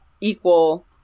equal